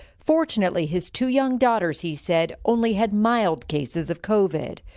fortunately, his two young daughters, he said, only had mild cases of covid.